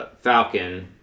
Falcon